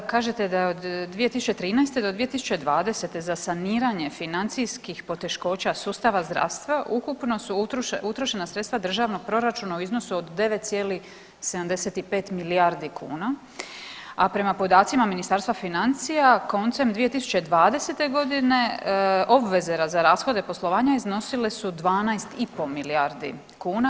Kažete da je od 2013. do 2020. za saniranje financijskih poteškoća sustava zdravstva ukupno su utrošena sredstva državnog proračuna u iznosu od 9,75 milijardi kuna, a prema podacima Ministarstva financija koncem 2020. godine obveze za rashode poslovanja iznosile su 12 i pol milijardi kuna.